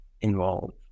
involved